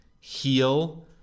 heal